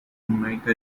make